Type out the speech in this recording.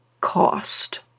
cost